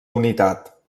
unitat